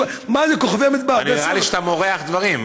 מה זה כוכבי המדבר --- נראה לי שאתה מורח דברים.